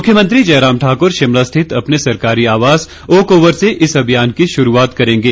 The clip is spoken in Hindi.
मुख्यमंत्री जयराम ठाकुर शिमला स्थित अपने सरकारी आवास ओक ओवर से इस अभियान की शुरूआत करेंगे